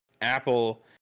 apple